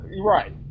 Right